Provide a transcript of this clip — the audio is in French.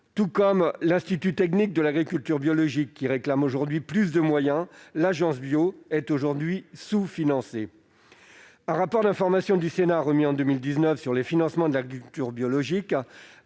Tout comme l'Institut technique de l'agriculture biologique (ITAB), qui réclame aujourd'hui plus de moyens, l'Agence Bio est sous-financée. Un rapport d'information du Sénat remis en janvier dernier sur les financements de l'agriculture biologique